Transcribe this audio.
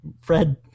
Fred